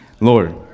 Lord